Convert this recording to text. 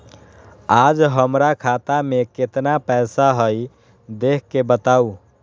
आज हमरा खाता में केतना पैसा हई देख के बताउ?